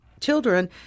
children